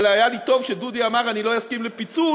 אבל היה לי טוב שדודי אמר: אני לא אסכים לפיצול,